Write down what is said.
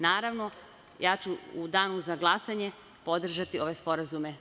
Naravno, ja ću u danu za glasanje podržati ove sporazume.